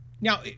Now